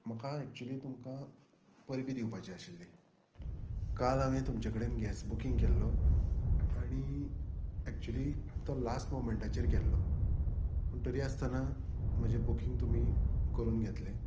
म्हाका एक्चुली तुमकां परबी दिवपाची आशिल्ली काल हांवें तुमचे कडेन गॅस बुकींग केल्लो आनी एक्चुली तो लास्ट मोमेंटाचेर केल्लो पूण तरी आसतना म्हजें बुकींग तुमी करून घेतलें